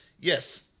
yes